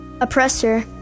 oppressor